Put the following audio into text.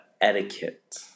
etiquette